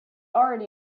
already